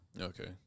Okay